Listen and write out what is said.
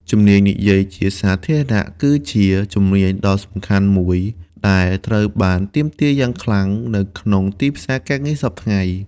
ជំនាញនិយាយជាសាធារណៈគឺជាជំនាញដ៏សំខាន់មួយដែលត្រូវបានទាមទារយ៉ាងខ្លាំងនៅក្នុងទីផ្សារការងារសព្វថ្ងៃ។